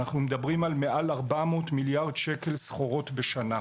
אנחנו מדברים על מעל 400 מיליארד שקל סחורות בשנה.